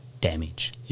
damage